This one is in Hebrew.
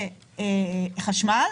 לחשמל.